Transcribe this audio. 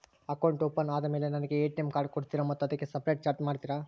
Account open ಆದಮೇಲೆ ನನಗೆ ATM card ಕೊಡ್ತೇರಾ ಮತ್ತು ಅದಕ್ಕೆ ಸಪರೇಟ್ ಚಾರ್ಜ್ ಮಾಡ್ತೇರಾ?